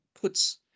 puts